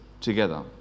together